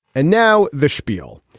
and now the spiel.